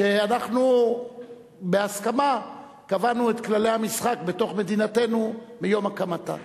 שאנחנו בהסכמה קבענו את כללי המשחק בתוך מדינתנו מיום הקמתה.